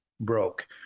broke